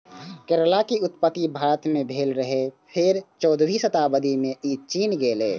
करैला के उत्पत्ति भारत मे भेल रहै, फेर चौदहवीं शताब्दी मे ई चीन गेलै